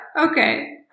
Okay